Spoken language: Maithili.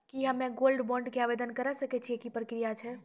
की हम्मय गोल्ड बॉन्ड के आवदेन करे सकय छियै, की प्रक्रिया छै?